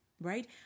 Right